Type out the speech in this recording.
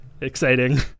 exciting